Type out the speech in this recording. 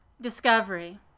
Discovery